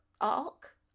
Arc